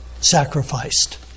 sacrificed